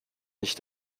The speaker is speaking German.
nicht